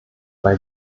bei